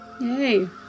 Yay